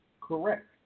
Correct